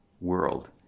world